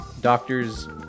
Doctors